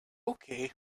okay